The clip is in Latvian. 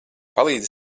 palīdzi